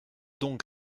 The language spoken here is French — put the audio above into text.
donc